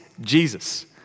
Jesus